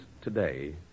today